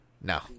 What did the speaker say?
No